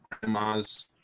grandmas